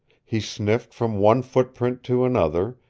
he sniffed from one footprint to another,